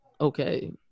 okay